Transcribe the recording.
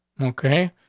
okay?